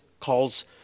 calls